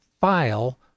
file